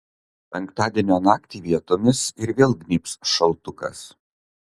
penktadienio naktį vietomis ir vėl gnybs šaltukas